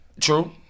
True